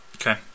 okay